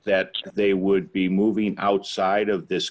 that they would be moving outside of this